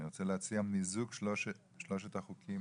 אני רוצה להציע מיזוג של שלושת החוקים